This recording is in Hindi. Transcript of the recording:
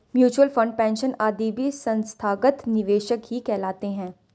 म्यूचूअल फंड, पेंशन आदि भी संस्थागत निवेशक ही कहलाते हैं